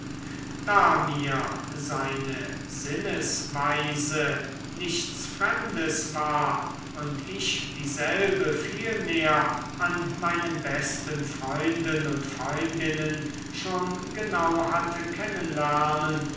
da mir seine sinnesweise nichts fremdes war und ich dieselbe vielmehr an meinen besten freunden und freundinnen schon genau hatte